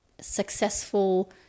successful